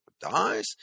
dies